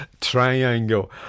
triangle